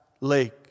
lake